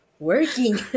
Working